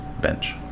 bench